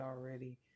already